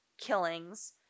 killings